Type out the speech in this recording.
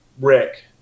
Rick